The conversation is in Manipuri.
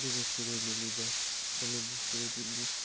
ꯑꯗꯨꯒ ꯁꯤꯔꯣꯏ ꯂꯤꯂꯤꯗ ꯆꯠꯂꯗꯤ ꯁꯤꯔꯣꯏ ꯂꯤꯂꯤ